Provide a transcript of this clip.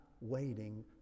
waiting